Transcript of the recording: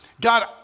God